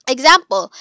Example